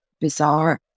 bizarre